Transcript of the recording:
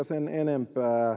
sen enempää